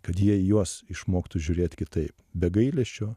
kad jie į juos išmoktų žiūrėt kitaip be gailesčio